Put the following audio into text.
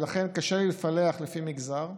ולכן קשה לי לפלח לפי מגזר.